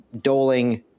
doling